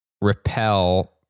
repel